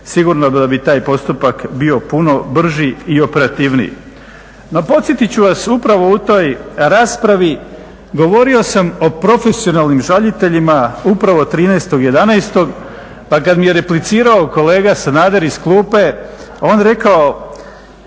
sigurno da bi taj postupak bio puno brži i operativniji. No, podsjetit ću vas upravo u toj raspravi govorio sam o profesionalnim žaliteljima upravo 13.11. pa kad mi je replicirao kolega Sanader iz klupe on je rekao